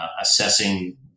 assessing